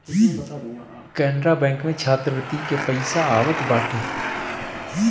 Canara bank में छात्रवृत्ति के पईसा आवत बाटे